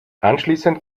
anschließend